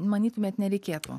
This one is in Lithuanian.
manytumėt nereikėtų